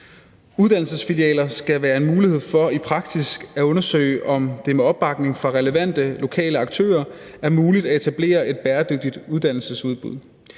Uddannelsesfilialer skal være en mulighed for i praksis at undersøge, om det med opbakning fra relevante lokale aktører er muligt at etablere et bæredygtigt uddannelsesudbud.